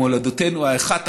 מולדתנו האחת,